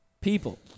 People